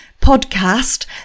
podcast